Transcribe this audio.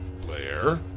Blair